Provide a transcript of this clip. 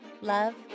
love